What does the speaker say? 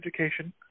education